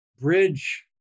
bridge